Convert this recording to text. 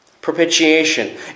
Propitiation